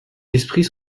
esprit